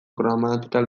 gramatikal